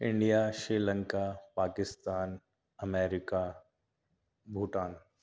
India Sri Lanka Pakistan America Bhutan